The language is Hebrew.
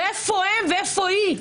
ואיפה הם ואיפה היא?